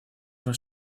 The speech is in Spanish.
los